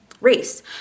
race